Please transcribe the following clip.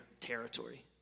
territory